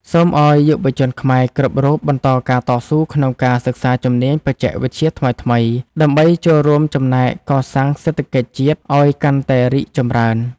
សូមឱ្យយុវជនខ្មែរគ្រប់រូបបន្តការតស៊ូក្នុងការសិក្សាជំនាញបច្ចេកវិទ្យាថ្មីៗ ដើម្បីចូលរួមចំណែកកសាងសេដ្ឋកិច្ចជាតិឱ្យកាន់តែរីកចម្រើន។